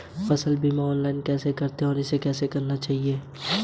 Debit card धोखाधड़ी को रोकने के लिए मुझे और क्या जानने की आवश्यकता है?